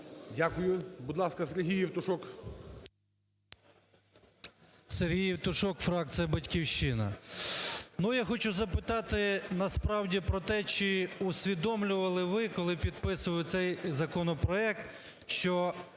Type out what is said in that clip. Дякую. Будь ласка, Сергій Євтушок. 10:50:50 ЄВТУШОК С.М. Сергій Євтушок, фракція "Батьківщина". Ну я хочу запитати насправді, про те, чи усвідомлювали ви, коли підписували цей законопроект, що